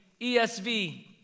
ESV